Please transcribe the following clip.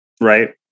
right